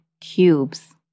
cubes